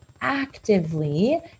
actively